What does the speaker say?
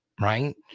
right